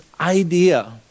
idea